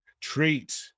treat